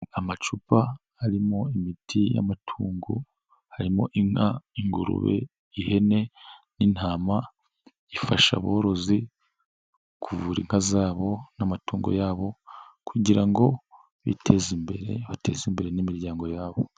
Amacupa arimo imiti y'amatungo harimo inka ingurube, ihene, n'intama ifasha aborozi kuvura inka zabo n'amatungo yabo, kugira ngo biteze imbere bateze imbere n'imiryango yabo.